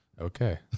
Okay